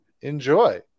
enjoy